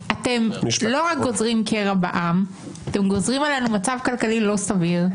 אתם לא רק גוזרים קרע בעם אלא אתם גוזרים עלינו מצב כלכלי לא סביר,